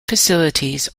facilities